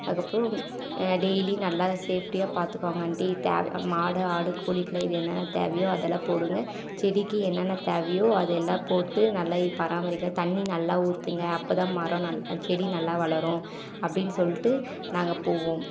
அதுக்கு அப்புறம் டெய்லி நல்லா சேஃப்டியாக அதை பார்த்துக்கோங்க ஆண்ட்டி தேவை மாடு ஆடு கோழிக்கெலாம் இது என்னென்ன தேவையோ அது எல்லாம் போடுங்க செடிக்கு என்னென்ன தேவையோ அது எல்லாம் போட்டு நல்லா இது பராமரிங்க தண்ணி நல்லா ஊற்றுங்க அப்போ தான் மரம் நல்லா செடி நல்லா வளரும் அப்படினு சொல்லிட்டு நாங்கள் போவோம்